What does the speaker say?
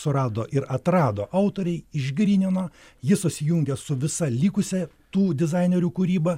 surado ir atrado autoriai išgrynina ji susijungia su visa likusia tų dizainerių kūryba